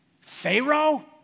Pharaoh